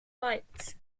lights